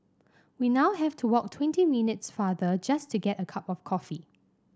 we now have to walk twenty minutes farther just to get a cup of coffee